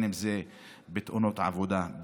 אם זה תאונות עבודה,